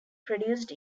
produced